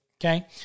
okay